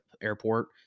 airport